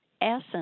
essence